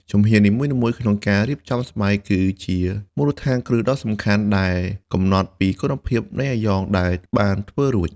ជំហាននីមួយៗក្នុងការរៀបចំស្បែកគឺជាមូលដ្ឋានគ្រឹះដ៏សំខាន់ដែលកំណត់ពីគុណភាពនៃអាយ៉ងដែលបានធ្វើរួច។